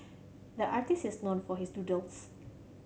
the artist is known for his doodles